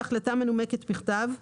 בהחלטה מנומקת בכתב,